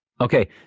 okay